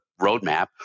roadmap